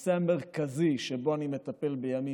אנשים שנמצאים במשמרת מעל 20 שעות ואמורים לתת לך שירות רפואי.